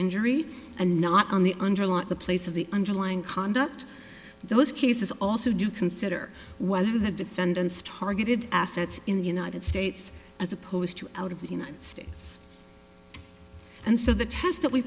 injury and not on the under law at the place of the underlying conduct those cases also do consider whether the defendants targeted assets in the united states as opposed to out of the united states and so the test that we